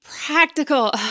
Practical